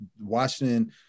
washington